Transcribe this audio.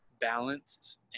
balanced